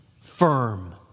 firm